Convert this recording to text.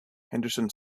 henderson